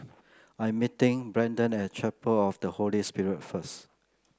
I am meeting Braydon at Chapel of the Holy Spirit first